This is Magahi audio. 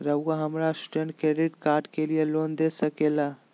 रहुआ हमरा स्टूडेंट क्रेडिट कार्ड के लिए लोन दे सके ला?